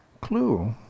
clue